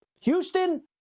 Houston